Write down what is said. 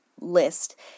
list